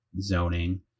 zoning